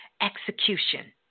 execution